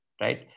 right